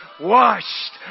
Washed